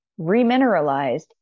remineralized